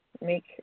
Make